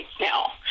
now